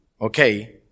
Okay